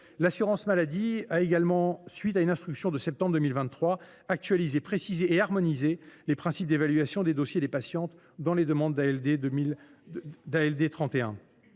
L’assurance maladie a également, à la suite d’une instruction de septembre 2023, actualisé, précisé et harmonisé les principes d’évaluation des dossiers des patientes dans les demandes de